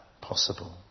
possible